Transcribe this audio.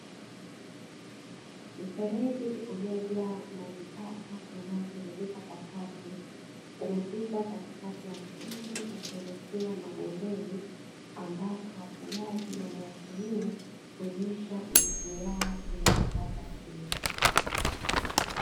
Mfereji uliojaa majitaka yanayotiririka kwa kasi, umepita katikati ya msitu ukielekea mabondeni, ambapo wafugaji wanayatumia kunywesha mifugo yao inapopata kiu.